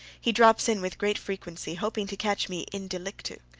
he drops in with great frequency, hoping to catch me in delictu.